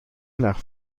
nach